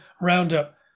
Roundup